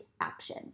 action